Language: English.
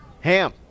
Ham